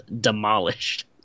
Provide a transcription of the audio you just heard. demolished